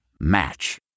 Match